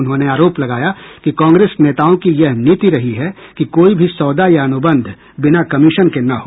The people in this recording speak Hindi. उन्होंने आरोप लगाया कि कांग्रेस नेताओं की यह नीति रही है कि कोई भी सौदा या अनुबंध बिना कमीशन के न हो